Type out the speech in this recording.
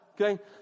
okay